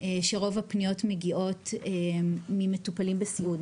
שרוב הפניות מגיעות ממטופלים בסיעוד,